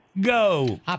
go